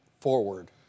forward